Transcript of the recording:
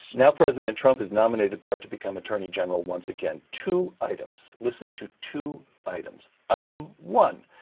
now president trump has nominated barr to become attorney general once again. two items, listen to two items. item one.